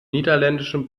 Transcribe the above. niederländischen